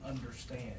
understand